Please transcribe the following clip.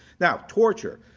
now torture.